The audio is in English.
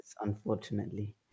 unfortunately